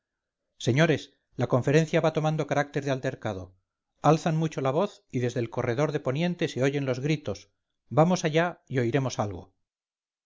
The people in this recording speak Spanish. señores la conferencia va tomando carácter de altercado alzan mucho la voz y desde el corredor de poniente se oyen los gritos vamos allá y oiremos algo